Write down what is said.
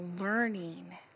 learning